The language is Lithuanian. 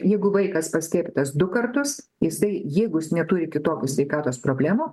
jeigu vaikas paskiepytas du kartus jisai jeigu jis neturi kitokių sveikatos problemų